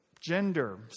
gender